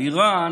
על איראן,